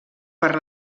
per